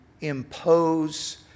impose